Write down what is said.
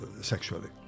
sexually